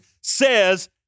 says